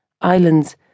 islands